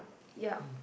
ya